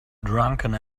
drunken